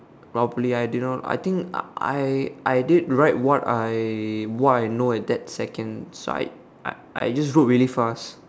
probably I did not I think I I I did write what I what I know at that second so I I I just wrote really fast